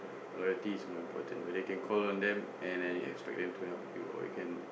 loyalty is more important whether you can call on them and then expect them to help you or you can